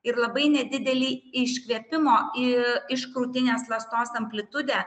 ir labai nedidelį iškvėpimo ir iš krūtinės ląstos amplitudę